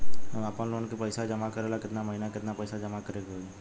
हम आपनलोन के पइसा जमा करेला केतना महीना केतना पइसा जमा करे के होई?